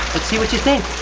let's see what you think.